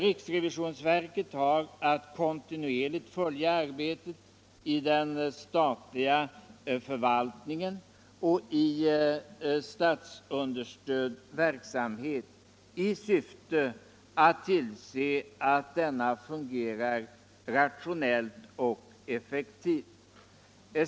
Riksrevisionsverket har att kontinuerligt följa arbetet i den statliga förvaltningen och i statsunderstödd verksamhet i syfte att tillse att denna fungerar rationellt och effektivt.